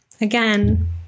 Again